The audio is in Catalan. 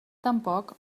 tampoc